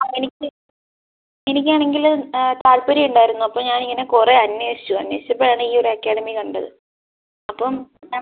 ആ എനിക്ക് എനിക്കാണെങ്കിൽ താൽപര്യം ഉണ്ടായിരുന്നു അപ്പോൾ ഞാൻ ഇങ്ങനെ കുറേ അന്വേഷിച്ചു അന്വേഷിച്ചപ്പോഴാണ് ഈ ഒരു അക്കാഡമി കണ്ടത് അപ്പോൾ ഞാൻ